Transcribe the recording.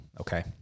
okay